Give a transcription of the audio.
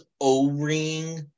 O-ring